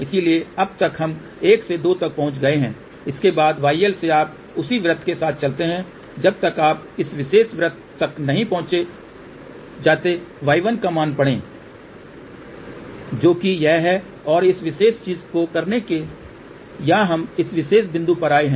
इसलिए अब तक हम 1 से 2 तक पहुंच गए हैं इसके बाद yL से आप उसी वृत्तके साथ चलते हैं जब तक आप इस विशेष वृत्त तक नहीं पहुँच जाते y1 का मान पढ़ें जो कि यह है और इस विशेष चीज़ को करने से यहाँ हम इस विशेष बिंदु पर आए हैं